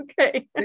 Okay